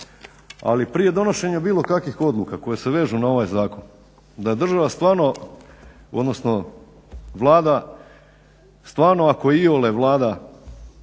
ali prije donošenja bilo kakvih odluka koje se vežu na ovaj zakon da država stvarno odnosno Vlada stvarno ako iole vlada